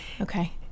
Okay